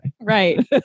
Right